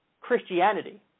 Christianity